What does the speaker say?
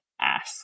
ask